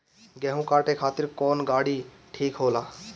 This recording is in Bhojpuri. गेहूं काटे खातिर कौन गाड़ी ठीक होला?